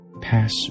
pass